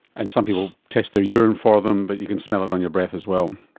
and some people test their urine for them but you can smell it on your breath as well.